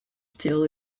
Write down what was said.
still